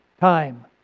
time